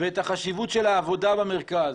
ואת החשיבות של העבודה במרכז